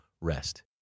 rest